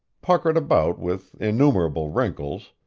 puckered about with innumerable wrinkles,